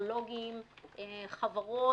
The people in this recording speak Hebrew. הטכנולוגיים חברות,